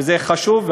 וזה חשוב.